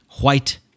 white